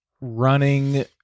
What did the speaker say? running